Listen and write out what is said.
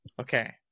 Okay